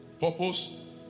purpose